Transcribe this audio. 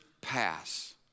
pass